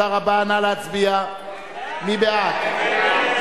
מי בעד?